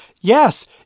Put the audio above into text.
yes